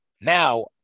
Now